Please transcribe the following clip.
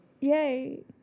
Yay